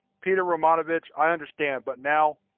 pyotr romanovich, i understand, but now,